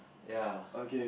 ya